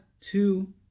two